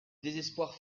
désespoir